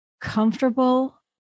comfortable